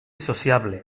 sociable